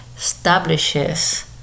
establishes